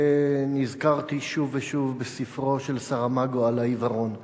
ונזכרתי שוב ושוב בספרו של סאראמאגו "על העיוורון".